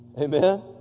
Amen